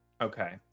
Okay